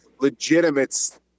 legitimate